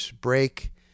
break